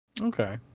Okay